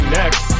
next